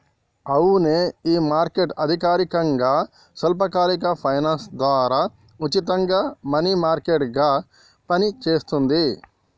అవునే ఈ మార్కెట్ అధికారకంగా స్వల్పకాలిక ఫైనాన్స్ ద్వారా ఉచితంగా మనీ మార్కెట్ గా పనిచేస్తుంది